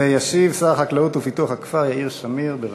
ישיב שר החקלאות ופיתוח הכפר יאיר שמיר, בבקשה.